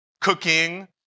cooking